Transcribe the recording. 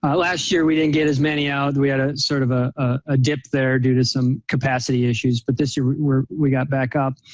ah last year we didn't get as many out. we had a sort of ah a dip there due to some capacity issues. but this year we got back up.